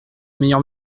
meilleur